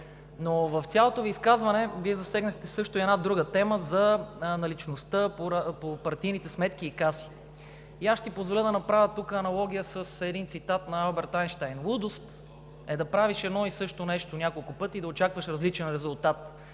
Но в цялото си изказване Вие засегнахте също и една друга тема – за наличността по партийните сметки и каси. Аз ще си позволя да направя тук аналогия с един цитат на Алберт Айнщайн: „Лудост е да правиш едно и също нещо няколко пъти и да очакваш различен резултат“.